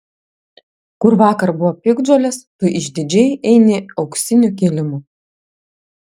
kur vakar buvo piktžolės tu išdidžiai eini auksiniu kilimu